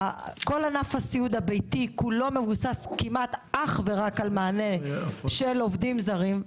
כל ענף הסיעוד הביתי כולו מבוסס כמעט אך ורק על מענה של עובדים זרים,